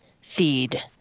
feed